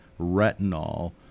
retinol